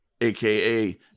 aka